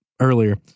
earlier